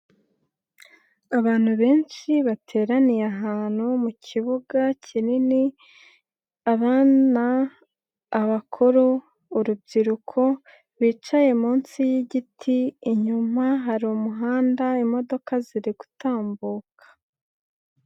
Abantu benshi bateraniye ahantu mu kibuga kinini abana, abakuru, urubyiruko, bicaye munsi y'igiti, inyuma hari umuhanda imodoka ziri gutambuka.